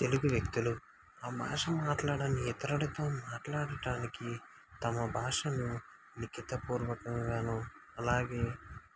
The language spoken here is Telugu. తెలుగు వ్యక్తులు ఆ భాష మాట్లాడటానికి ఇతరులతో మాట్లాడటానికి తమ భాషను లిఖితపూర్వకంగానూ అలాగే